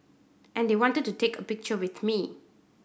and they wanted to take a picture with me